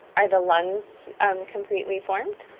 are the lungs um completely formed?